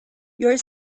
your